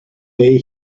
day